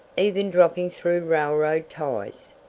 even dropping through railroad ties!